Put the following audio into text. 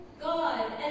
God